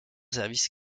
service